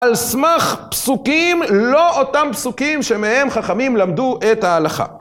על סמך פסוקים, לא אותם פסוקים שמהם חכמים למדו את ההלכה.